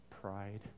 pride